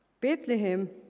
Bethlehem